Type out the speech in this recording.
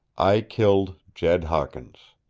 i killed jed hawkins,